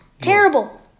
terrible